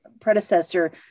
predecessor